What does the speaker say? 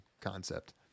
concept